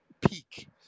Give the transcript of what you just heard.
peak